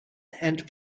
and